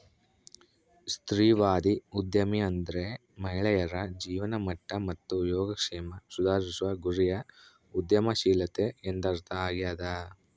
ಸ್ತ್ರೀವಾದಿ ಉದ್ಯಮಿ ಅಂದ್ರೆ ಮಹಿಳೆಯರ ಜೀವನಮಟ್ಟ ಮತ್ತು ಯೋಗಕ್ಷೇಮ ಸುಧಾರಿಸುವ ಗುರಿಯ ಉದ್ಯಮಶೀಲತೆ ಎಂದರ್ಥ ಆಗ್ಯಾದ